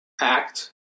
act